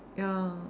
ya